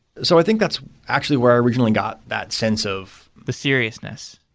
so i think that's actually where i originally got that sense of the seriousness.